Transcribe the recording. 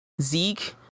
Zeke